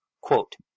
Quote